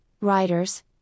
writers